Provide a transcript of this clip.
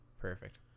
Perfect